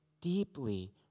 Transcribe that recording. deeply